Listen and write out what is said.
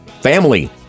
Family